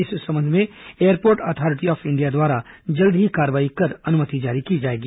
इस संबंध में एयरपोर्ट अथॉरिटी ऑफ इंडिया द्वारा जल्द ही कार्रवाई कर अनुमति जारी की जाएगी